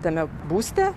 tame būste